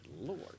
lord